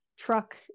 truck